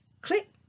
Click